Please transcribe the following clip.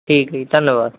ਠੀਕ ਜੀ ਧੰਨਵਾਦ